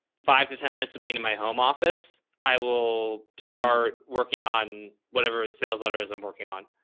five to ten minutes of being in my home office, i will start working on whatever his sales letter is i'm working on,